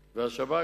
והשב"כ,